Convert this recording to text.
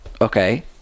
Okay